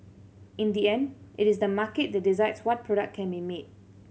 in the end it is the market that decides what product can be made